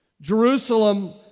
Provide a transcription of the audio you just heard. Jerusalem